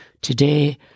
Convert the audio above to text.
Today